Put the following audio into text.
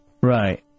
Right